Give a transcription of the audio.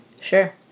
Sure